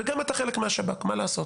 וגם אתה חלק מהשב"כ, מה לעשות.